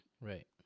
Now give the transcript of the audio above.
Right